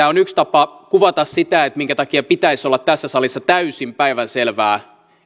on yksi tapa kuvata sitä minkä takia pitäisi olla tässä salissa täysin päivänselvää